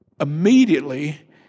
immediately